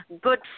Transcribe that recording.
good